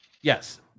Yes